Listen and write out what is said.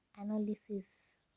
analysis